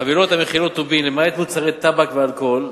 חבילות המכילות טובין, למעט מוצרי טבק ואלכוהול,